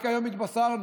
רק היום התבשרנו